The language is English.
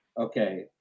okay